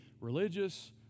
religious